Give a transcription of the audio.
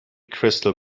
crystal